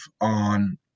on